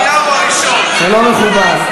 אני מבין את רמת הייאוש של האופוזיציה בהיבט הזה.